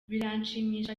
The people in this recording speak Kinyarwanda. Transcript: biranshimisha